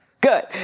good